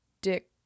dick